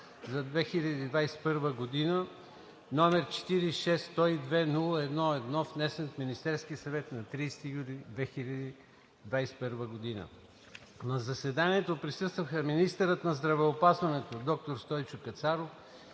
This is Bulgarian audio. за 2021 г., № 46-102-01-1, внесен от Министерския съвет на 30 юли 2021 г. На заседанието присъстваха министърът на здравеопазването, доктор Стойчо Кацаров,